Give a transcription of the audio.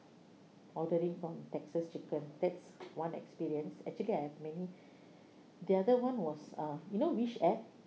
ordering from texas chicken that's one experience actually I have many the other one was uh you know wish app